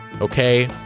okay